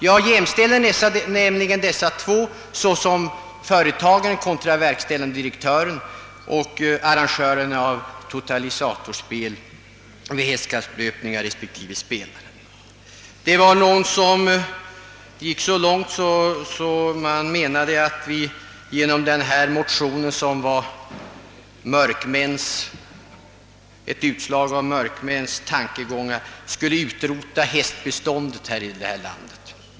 Jag jämställer nämligen dessa, före Någon gick så långt att han menade att vi genom denna motion skulle utrota hästbeståndet här i landet.